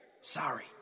Sorry